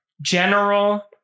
general